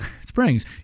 springs